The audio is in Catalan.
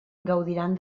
gaudiran